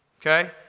okay